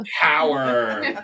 power